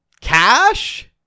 Cash